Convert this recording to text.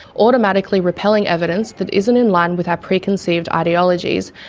automatically repelling evidence that isn't in line with our preconceived ideologies,